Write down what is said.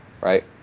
right